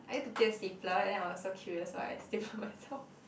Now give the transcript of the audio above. I need a stapler and I was so curious so I stapler myself